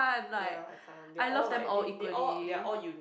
ya I can't they all like they they all they are all uni~